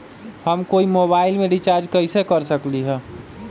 हम कोई मोबाईल में रिचार्ज कईसे कर सकली ह?